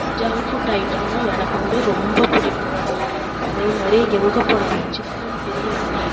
junk food ஐட்டம்னால் எனக்கு வந்து ரொம்ப பிடிக்கும் அதே மாதிரி எங்கே போனாலும் சிக்கன் பிரியாணி